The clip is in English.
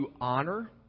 honor